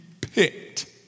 picked